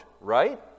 right